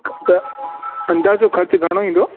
ठीक आहे अंदाज़ो खर्चु घणो ईंदो